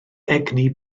egni